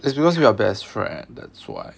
it's because we are best friends that's why